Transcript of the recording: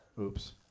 Oops